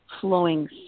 flowing